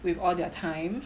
with all their time